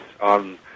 on